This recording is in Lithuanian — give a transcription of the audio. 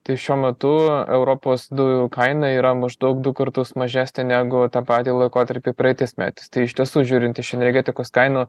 tai šiuo metu europos dujų kaina yra maždaug du kartus mažesnė negu tą patį laikotarpį praeitais metais tai iš tiesų žiūrint iš energetikos kainų